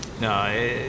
no